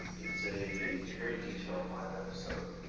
it's a very detailed five episode,